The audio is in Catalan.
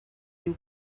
diu